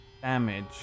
damage